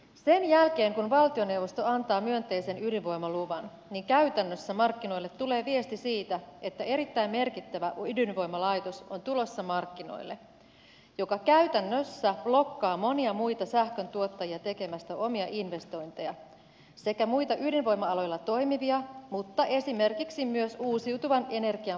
sen jälkeen kun valtioneuvosto antaa myönteisen ydinvoimaluvan niin käytännössä markkinoille tulee viesti siitä että erittäin merkittävä ydinvoimalaitos on tulossa markkinoille joka käytännössä blokkaa monia muita sähköntuottajia tekemästä omia investointeja sekä muita ydinvoima aloilla toimivia mutta esimerkiksi myös uusiutuvan energian puolella toimivia